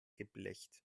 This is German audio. geblecht